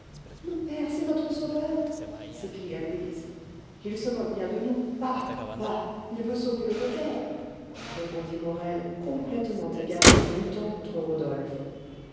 mon père c'est notre sauveur s'écria louise il se moque bien de nous bah bah il veut sauver le notaire répondit morel complètement égaré en luttant contre rodolphe